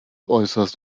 äußerst